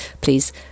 please